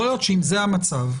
אם זה המצב,